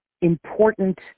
important